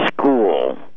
school